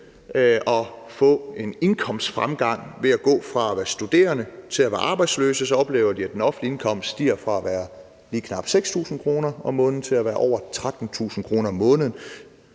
og få en indkomstfremgang ved at gå fra at være studerende til at være arbejdsløse. Så oplever de, at den offentlige indkomst stiger fra at være lige knap 6.000 kr. om måneden til at være over 13.000 kr. om måneden,